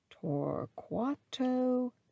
Torquato